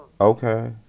Okay